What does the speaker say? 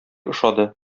ошады